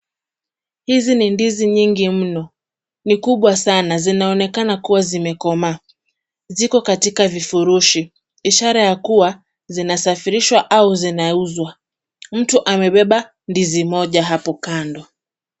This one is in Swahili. Hizi ni ndizi nyingi mno, ni kubwa sana zinaonekana kuwa zimekomaa. Ziko katika vifurushi, ishara ya kuwa zinasafirishwa au zinauzwa. Mtu amebeba ndizi moja hapo kando.